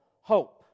hope